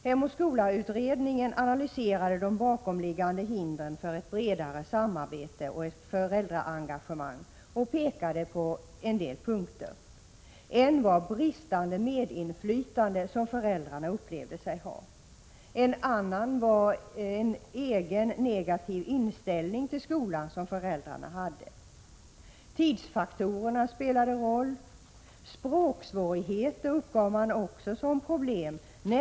Hem och skola-utredningen analyserade de bakomliggande hindren för ett bredare samarbete och föräldraengagemang och pekade på en del punkter. En var det bristande medinflytande som föräldrarna uppfattade sig ha, en annan var egen negativ inställning till skolan hos föräldrarna. Tidsfaktorerna spelade en roll. Språksvårigheter uppgav man också som ett problem.